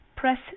Press